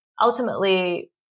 ultimately